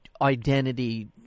identity